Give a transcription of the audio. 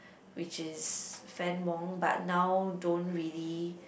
which is Fann-Wong but now don't really